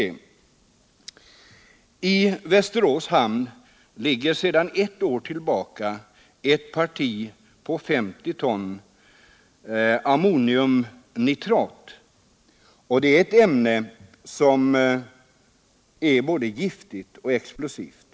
Nr 60 I Västerås hamn ligger sedan ett år tillbaka ett parti på 50 ton am Måndagen den moniumnitrat, ett ämne som är både giftigt och explosivt.